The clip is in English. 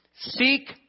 Seek